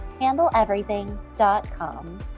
handleeverything.com